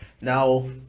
Now